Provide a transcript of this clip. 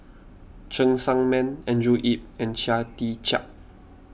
Cheng Tsang Man Andrew Yip and Chia Tee Chiak